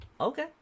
okay